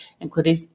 including